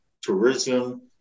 tourism